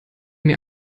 mir